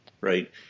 right